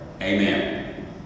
Amen